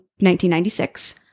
1996